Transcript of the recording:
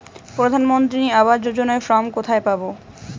প্রধান মন্ত্রী আবাস যোজনার ফর্ম কোথায় পাব?